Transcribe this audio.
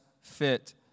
fit